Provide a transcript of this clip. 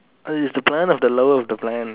uh is the plan or the love of the plan